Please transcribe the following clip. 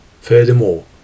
furthermore